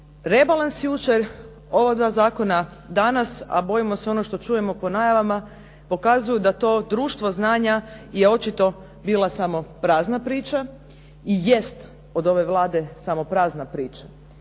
Rebalans jučer, ova 2 zakona danas, a bojimo se ono što čujemo po najavama pokazuju da to "društvo znanja" je očito bila samo prazna priča i jest od ove Vlade samo prazna priča.